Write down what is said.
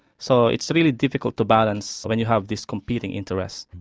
so it's really difficult to balance when you have this competing interests.